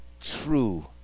true